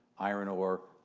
iron ore,